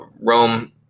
Rome